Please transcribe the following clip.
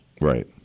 Right